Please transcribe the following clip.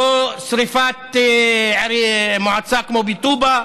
לא שרפת מועצה, כמו בטובא,